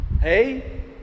Hey